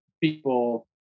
people